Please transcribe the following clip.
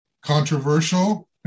controversial